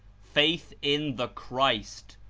faith in the christ,